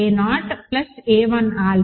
a0 a1 alpha